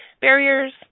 barriers